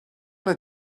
want